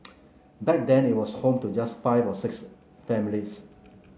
back then it was home to just five or six families